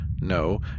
No